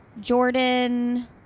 Jordan